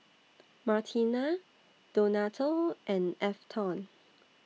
Martina Donato and Afton